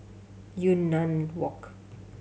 Yunnan Walk